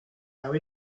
our